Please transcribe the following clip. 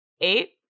Eight